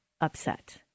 upset